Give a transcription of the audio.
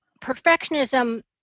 perfectionism